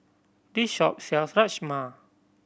this shop sell Rajma